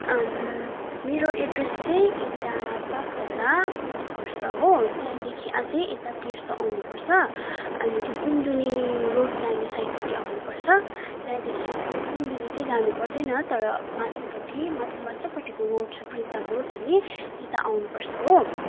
मेरो एड्रेस चाहिँ यता बाघधारापट्टि पर्छ हो त्यहाँदेखि अझै यता तेर्सो आउनुपर्छ अनि कुमुदिनी रोड जाने साइडपट्टि आउनुपर्छ त्यहाँदेखिको कुमुदिनी चाहिँ जानु पर्दैन तर माथिल्लोपट्टि माथिल्लो माथिल्लोपट्टिको रोड छ प्रिमताम रोड भन्ने त्यता आउनुपर्छ हो